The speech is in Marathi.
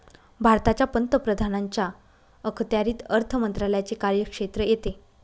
भारताच्या पंतप्रधानांच्या अखत्यारीत अर्थ मंत्रालयाचे कार्यक्षेत्र येते